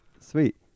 Sweet